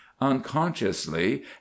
unconsciously